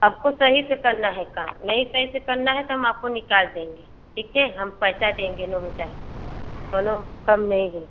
आपको सही से करना है काम नहीं सही से करना है तो हम आपको निकाल देंगे ठीक है हम पैसा देंगे नौ हजार कौनो कम नहीं है